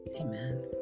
Amen